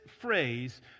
phrase